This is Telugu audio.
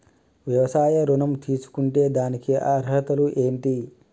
వ్యవసాయ ఋణం తీసుకుంటే దానికి అర్హతలు ఏంటి?